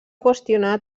qüestionar